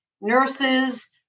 nurses